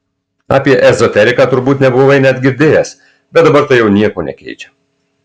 apie ezoteriką turbūt nebuvai net girdėjęs bet dabar tai jau nieko nekeičia